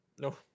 No